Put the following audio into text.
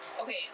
Okay